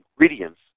ingredients